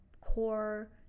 core